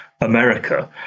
America